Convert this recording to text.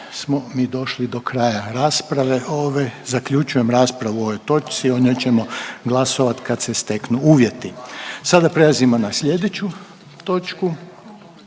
Sada prelazimo na slijedeću točku,